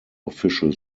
official